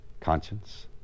Conscience